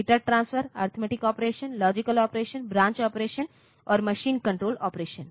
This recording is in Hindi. data transfer arithmetic operation logic operation branch operation और मशीन कंट्रोल ऑपरेशन